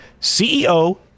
CEO